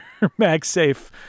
MagSafe